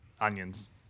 onions